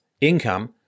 income